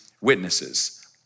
witnesses